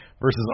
versus